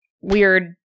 weird